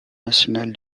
nationale